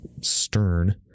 stern